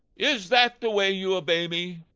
is that the way you obey me?